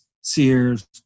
sears